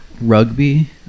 rugby